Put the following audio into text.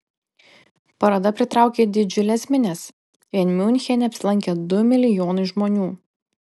paroda pritraukė didžiules minias vien miunchene apsilankė du milijonai žmonių